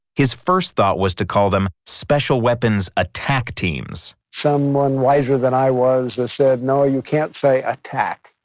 his first thought was to call them special weapons attack teams. someone wiser than i was said no ah you can't say attack,